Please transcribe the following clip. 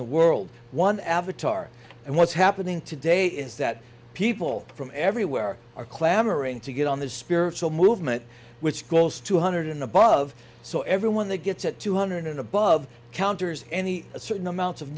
the world one avatar and what's happening today is that people from everywhere are clamoring to get on the spiritual movement which goes two hundred in above so everyone that gets at two hundred and above counters any a certain amount of